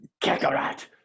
Kakarot